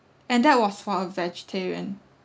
and that was for a vegetarian